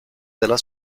della